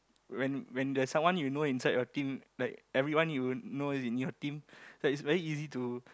when when the someone you know inside your team like everyone you know is in your team like it's very easy to